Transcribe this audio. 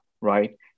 right